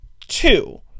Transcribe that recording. two